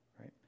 right